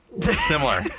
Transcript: similar